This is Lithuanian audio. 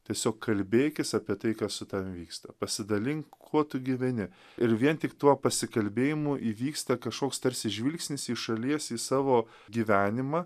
tiesiog kalbėkis apie tai kas su tavi vyksta pasidalink kuo tu gyveni ir vien tik tuo pasikalbėjimu įvyksta kažkoks tarsi žvilgsnis į šalies į savo gyvenimą